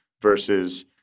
versus